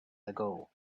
ago